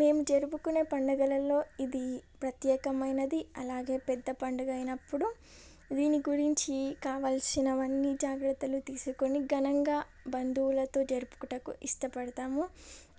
మేం జరుపుకునే పండగలలో ఇది ప్రత్యేకమైనది అలాగే పెద్ద పండగ అయినప్పుడు దీని గురించి కావాల్సినవన్నీ జాగ్రత్తలు తీసుకొని ఘనంగా బంధువులతో జరుపుటకు ఇష్టపడతాము